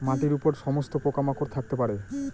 মাটির উপর সমস্ত পোকা মাকড় থাকতে পারে